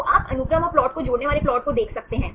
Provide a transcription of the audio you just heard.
तो आप अनुक्रम और प्लाट को जोड़ने वाले प्लाट को देख सकते हैं